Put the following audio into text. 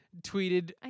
tweeted